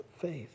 faith